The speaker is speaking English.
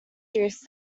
juice